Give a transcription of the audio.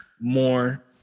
more